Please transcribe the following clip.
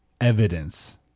evidence